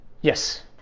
yes